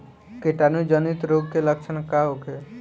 कीटाणु जनित रोग के लक्षण का होखे?